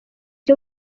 cyo